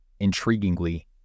Intriguingly